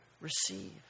receive